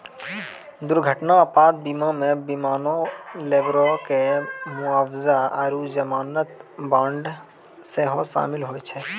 दुर्घटना आपात बीमा मे विमानो, लेबरो के मुआबजा आरु जमानत बांड सेहो शामिल होय छै